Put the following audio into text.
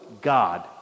God